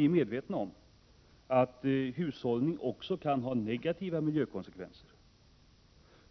medvetna om att hushållning också kan ha negativa miljökonsekvenser.